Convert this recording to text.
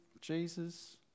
Jesus